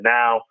now